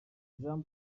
jean